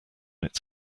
its